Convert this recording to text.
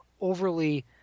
overly